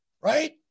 right